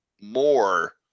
more